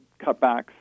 cutbacks